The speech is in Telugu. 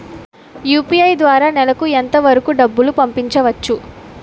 యు.పి.ఐ ద్వారా నెలకు ఎంత వరకూ డబ్బులు పంపించవచ్చు?